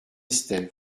estève